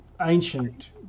ancient